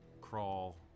crawl